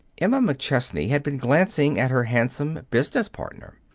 emma mcchesney had been glancing at her handsome business partner.